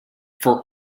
for